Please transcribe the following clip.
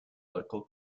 local